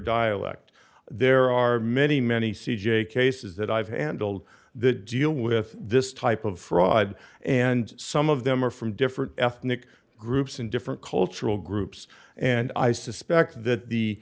dialect there are many many c j cases that i've handled that deal with this type of fraud and some of them are from different ethnic groups in different cultural groups and i suspect that the